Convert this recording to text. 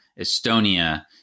Estonia